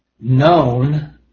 known